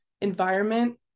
environment